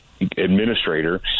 administrator